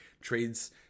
trades